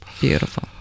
Beautiful